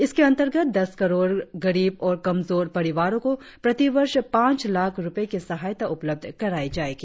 इसके अंतर्गत दस करोड़ गरीब और कमजोर परिवारों को प्रतिवर्ष पांच लाख़ रुपये की सहायता उपलब्ध कराई जाएगी